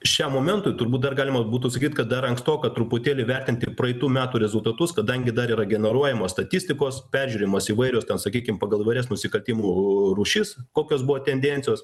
šiam momentui turbūt dar galima būtų sakyt kad dar ankstoka truputėlį vertinti praeitų metų rezultatus kadangi dar yra generuojamos statistikos peržiūrimos įvairios sakykim pagal įvairias nusikaltimų rūšis kokios buvo tendencijos